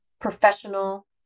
professional